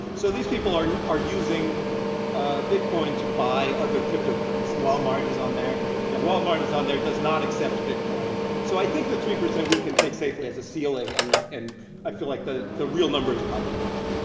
so these people are are using ah bitcoin to buy other cryptocurrency walmart is on there yeah, walmart is on there, does not accept bitcoin. so i think the three percent we can take safely as a ceiling. and and i feel like the the real number is probably lower